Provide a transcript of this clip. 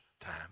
time